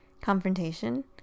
Confrontation